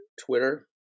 Twitter